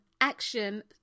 Action